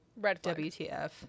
WTF